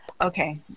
Okay